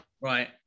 Right